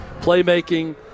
Playmaking